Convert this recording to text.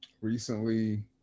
recently